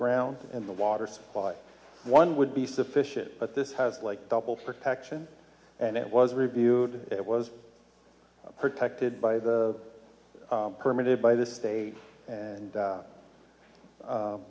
ground and the water supply one would be sufficient but this has like double protection and it was reviewed it was protected by the permit by the state and